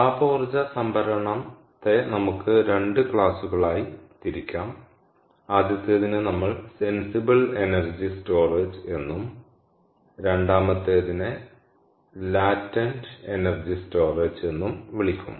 താപ ഊർജ്ജ സംഭരണത്തെ നമുക്ക് 2 ക്ലാസുകളായി തിരിക്കാം ആദ്യത്തേതിനെ നമ്മൾ സെൻസിബിൾ എനർജി സ്റ്റോറേജ് എന്നും രണ്ടാമത്തേത് ലാറ്റെന്റ് എനർജി സ്റ്റോറേജ് എന്നും വിളിക്കും